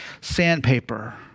sandpaper